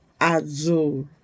azul